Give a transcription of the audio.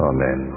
Amen